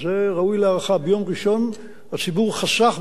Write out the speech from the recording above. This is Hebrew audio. ביום ראשון הציבור חסך בערך 250 מגוואט.